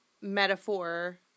metaphor